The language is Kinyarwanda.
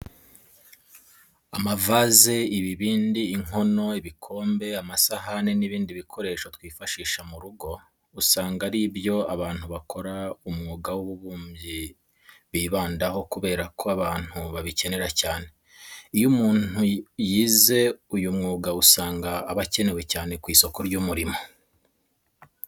Amavaze, ibibindi, inkono, ibikombe, amasahane n'ibindi bikoresho twifashisha mu rugo usanga ari byo abantu bakora umwuga w'ububumbyi bibandaho kubera ko abantu babikenera cyane. Iyo umuntu yize uyu mwuga usanga aba akenewe cyane ku isoko ry'umurimo.